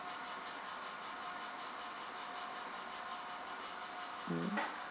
mm